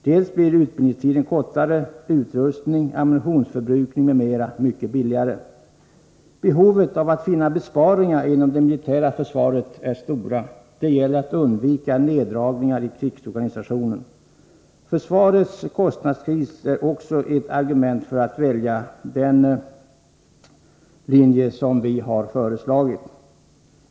Dels blir utbildningstiden kortare, dels blir utrustning, ammunitionsförbrukning m.m. mycket billigare. Behovet av att finna besparingsmöjligheter inom det militära försvaret är stort, men det gäller att undvika neddragningar i krigsorganisationen. Försvarets kostnadskris är också ett argument för att välja den linje som vi har föreslagit.